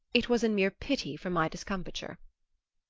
it was in mere pity for my discomfiture.